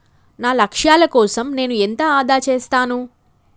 నా లక్ష్యాల కోసం నేను ఎంత ఆదా చేస్తాను?